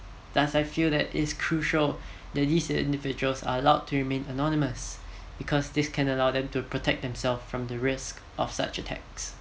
thus I feel that it's crucial that these individuals are allowed to remain anonymous because this can allow them to protect themselves from the risk of such attacks